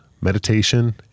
meditation